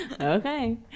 Okay